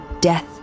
death